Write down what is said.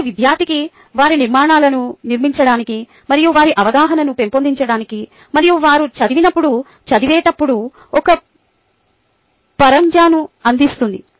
ఇది విద్యార్థికి వారి నిర్మాణాలను నిర్మించడానికి మరియు వారి అవగాహనను పెంపొందించడానికి మరియు వారు చదివినప్పుడు చదివేటప్పుడు ఒక పరంజాను అందిస్తుంది